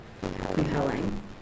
compelling